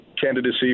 candidacy